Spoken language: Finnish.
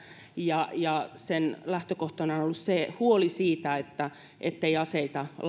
ja ja sen lähtökohtana on ollut huoli siitä että aseita ei